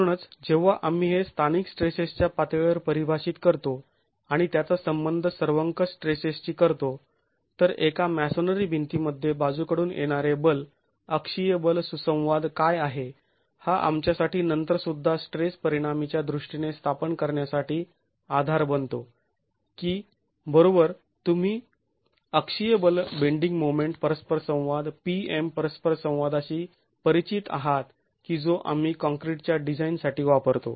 म्हणूनच जेव्हा आम्ही हे स्थानिक स्ट्रेसेसच्या पातळीवर परिभाषित करतो आणि त्याचा संबंध सर्वंकष स्ट्रेसेसशी करतो तर एका मॅसोनरी भिंतीमध्ये बाजूकडून येणारे बल अक्षीय बल सुसंवाद काय आहे हा आमच्यासाठी नंतर सुद्धा स्ट्रेस परिणामीच्या दृष्टीने स्थापन करण्यासाठी आधार बनतो की बरोबर तुम्ही अक्षीय बल बेंडींग मोमेंट परस्पर संवाद P M परस्पर संवादाशी परिचित आहात की जो आम्ही काँक्रीटच्या डिझाईन साठी वापरतो